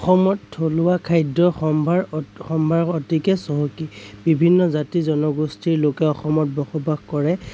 অসমত থলুৱা খাদ্য় সম্ভাৰ অত সম্ভাৰ অতিকে চহকী বিভিন্ন জাতি জনগোষ্ঠীৰ লোকে অসমত বসবাস কৰে